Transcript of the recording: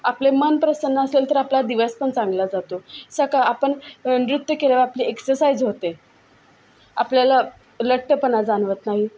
आपले मन प्रसन्न असेल तर आपला दिवस पण चांगला जातो सका आपण नृत्य केल्यावर आपली एक्सरसाईझ होते आपल्याला लठ्ठपणा जाणवत नाही